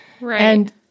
right